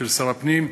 של שר הפנים,